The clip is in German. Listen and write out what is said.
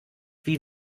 wie